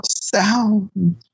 sound